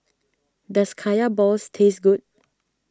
does Kaya Balls taste good